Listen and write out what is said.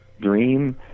dream